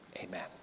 Amen